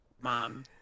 Mom